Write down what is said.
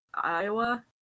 Iowa